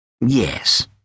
Yes